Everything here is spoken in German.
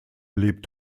lebt